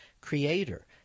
creator